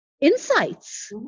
insights